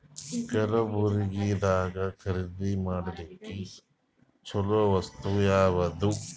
ಕಲಬುರ್ಗಿದಾಗ ಖರೀದಿ ಮಾಡ್ಲಿಕ್ಕಿ ಚಲೋ ವಸ್ತು ಯಾವಾದು?